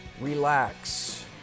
Relax